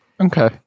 Okay